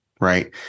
Right